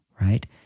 right